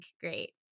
great